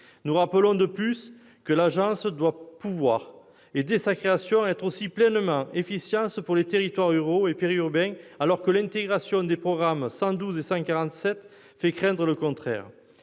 Nous rappelons, de plus, que l'agence doit pouvoir, dès sa création, être aussi pleinement efficiente pour les territoires ruraux et périurbains, alors que l'intégration des programmes 112 et 147 fait craindre le contraire.